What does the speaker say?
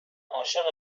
عاشق